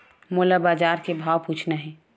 मोला बजार के भाव पूछना हे?